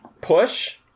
push